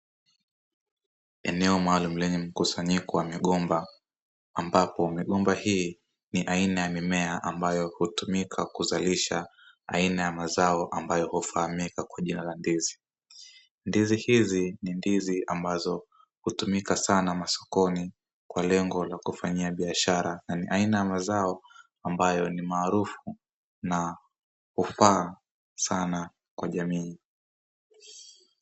Eneo maalumu lenye mkusanyiko wa migomba ambapo migomba hii ni aina ya mimea ambayo hutumika kuzalisha aina ya mazao ambayo hufahamika kwa jina la ndizi. Ndizi hizi ni ndizi ambazo hutumika sana masokoni kwa lengo la kufanyia biashara na ni aina ya mazao ambayo ni maarufu na hufaa sana kwa jamii.